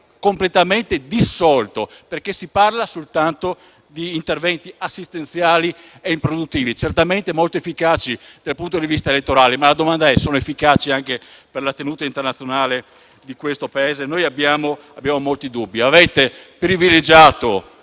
completamente dissolto perché si parla soltanto di interventi assistenziali e improduttivi, certamente molto efficaci dal punto di vista elettorale, ma la domanda è se siano efficaci anche per la tenuta internazionale di questo Paese. Noi abbiamo molti dubbi. Avete privilegiato